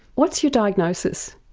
what's your diagnosis?